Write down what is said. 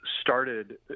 started